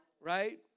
right